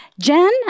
Jen